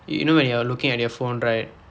you know when you're looking at your phone right